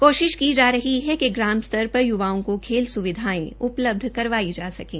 कोशिश की जा रही है कि ग्राम स्तर पर युवाओं को खेल सुविधाएं उपलब्ध करवाई जा सकें